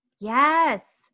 Yes